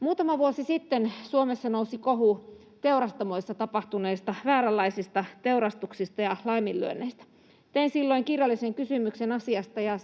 Muutama vuosi sitten Suomessa nousi kohu teurastamoissa tapahtuneista vääränlaisista teurastuksista ja laiminlyönneistä. Tein silloin kirjallisen kysymyksen asiasta, ja